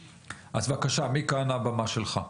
בבקשה, מכאן הבמה שלך.